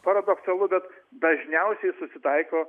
paradoksalu bet dažniausiai susitaiko